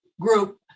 group